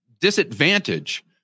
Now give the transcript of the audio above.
disadvantage